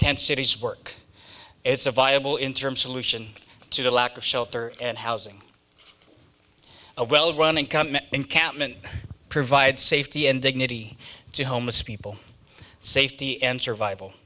tent cities work it's a viable interim solution to the lack of shelter and housing a well run income encampment provide safety and dignity to homeless people safety and survival